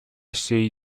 сей